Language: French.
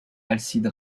alcide